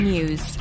News